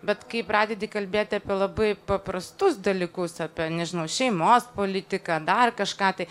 bet kai pradedi kalbėti apie labai paprastus dalykus apie nežinau šeimos politiką dar kažką tai